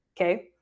Okay